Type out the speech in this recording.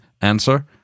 Answer